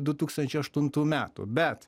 du tūkstančiai aštuntų metų bet